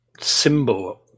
symbol